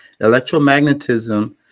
electromagnetism